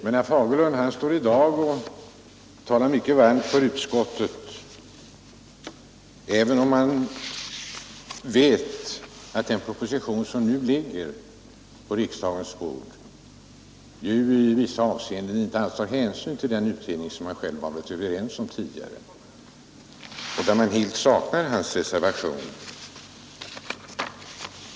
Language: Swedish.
Men herr Fagerlund talar i dag varmt för utskottets och departementschefens förslag, trots att han alltså vet att den proposition som nu ligger på riksdagens bord i vissa avseenden inte alls tar hänsyn till den utredning som han själv tidigare deltagit i och vars förslag han inte reserverat sig mot.